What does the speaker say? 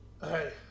Hey